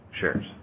shares